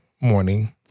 morning